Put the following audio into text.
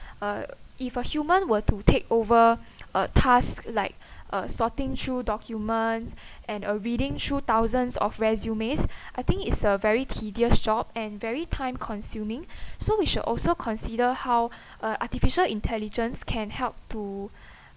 uh if a human were to take over a task like uh sorting through documents and uh reading through thousands of resumes I think it's a very tedious job and very time consuming so we should also consider how uh artificial intelligence can help to